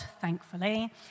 thankfully